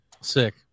Sick